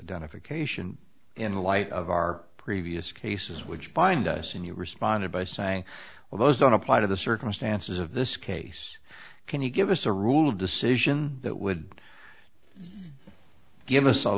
identification in light of our previous cases which bind us and you responded by saying well those don't apply to the circumstances of this case can you give us a rule of decision that would give us a